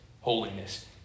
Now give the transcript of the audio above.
holiness